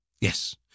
Yes